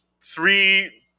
three –